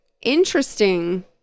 interesting